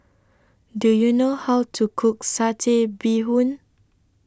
Do YOU know How to Cook Satay Bee Hoon